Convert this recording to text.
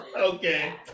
okay